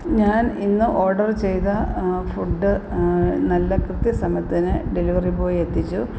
ഞാൻ ഇന്ന് ഓർഡർ ചെയ്ത ഫുഡ് നല്ല കൃത്യ സമയത്ത് തന്നെ ഡെലിവറി ബോയ് എത്തിച്ചു